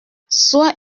soit